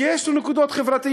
כי יש לו נקודות חברתיות.